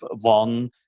one